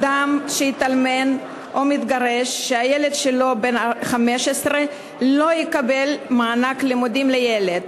אדם שמתאלמן או מתגרש כשהילד שלו בן 15 לא יקבל מענק לימודים לילד,